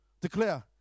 declare